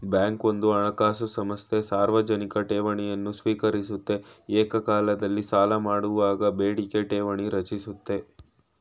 bank ಒಂದು ಹಣಕಾಸು ಸಂಸ್ಥೆ ಸಾರ್ವಜನಿಕ ಠೇವಣಿಯನ್ನು ಸ್ವೀಕರಿಸುತ್ತೆ ಏಕಕಾಲದಲ್ಲಿ ಸಾಲಮಾಡುವಾಗ ಬೇಡಿಕೆ ಠೇವಣಿ ರಚಿಸುತ್ತೆ